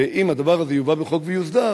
ואם הדבר הזה יובא בחוק ויוסדר,